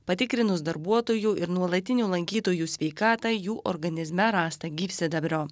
patikrinus darbuotojų ir nuolatinių lankytojų sveikatą jų organizme rasta gyvsidabrio